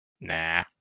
Nah